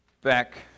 Back